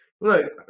look